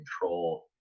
control